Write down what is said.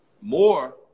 more